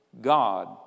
God